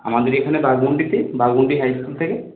আমাদের এখানে বাঘমুন্ডিতে বাঘমুন্ডি হাই স্কুল থেকে